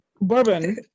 Bourbon